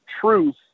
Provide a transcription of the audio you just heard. truth